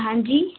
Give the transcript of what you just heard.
हां जी